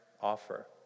offer